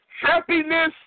happiness